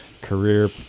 career